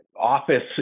office